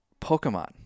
Pokemon